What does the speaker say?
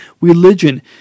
religion